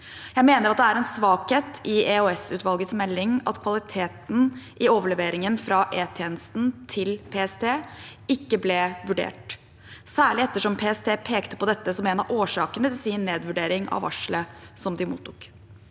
Jeg mener at det er en svakhet i EOS-utvalgets melding at kvaliteten i overleveringen fra E-tjenesten til PST ikke ble vurdert, særlig ettersom PST pekte på dette som en av årsakene til sin nedvurdering av varselet som de mottok.